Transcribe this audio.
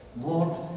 Lord